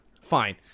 fine